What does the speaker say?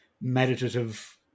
meditative